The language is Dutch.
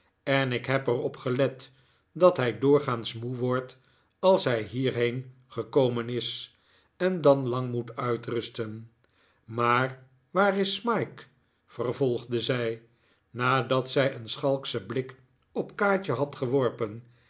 en ik heb er op gelet dat hij doorgaans moe wordt als hij hierheen gekomen is en dan lang moet uitrusten maar waar is smike vervolgde zij nadat zij een schalkschen blik op kaatje had geworpen